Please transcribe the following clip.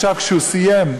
כשהוא סיים,